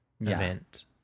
event